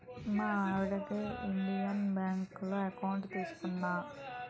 మా ఆవిడకి ఇండియన్ బాంకులోనే ఎకౌంట్ తీసుకున్నా